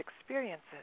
experiences